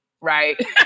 right